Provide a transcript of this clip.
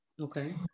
Okay